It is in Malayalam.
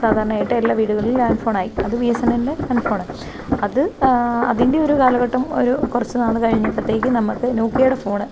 സാധാരണയായിട്ട് എല്ലാ വീടുകളിലും ലാൻഡ് ഫോണായി അത് ബി എസ് എൻ എലിന്റെ ലാൻഡ് ഫോൺ അത് അതിൻ്റെയൊരു കാലഘട്ടം ഒരു കുറച്ചുനാൾ കഴിഞ്ഞപ്പോഴത്തേക്കും നമുക്ക് നോക്കിയാടെ ഫോണ്